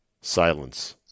silence